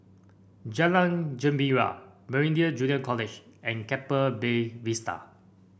Jalan Gembira Meridian Junior College and Keppel Bay Vista